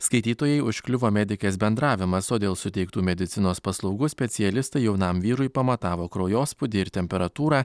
skaitytojai užkliuvo medikės bendravimas o dėl suteiktų medicinos paslaugų specialistai jaunam vyrui pamatavo kraujospūdį ir temperatūrą